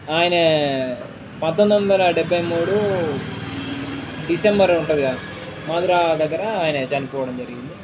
ఆయన పంతొమ్మీ వందల డెబ్భై మూడు డిసెంబర్ ఉంటుంది కాదా మధురా దగ్గర ఆయన చనిపోవడం జరిగింది